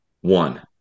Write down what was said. One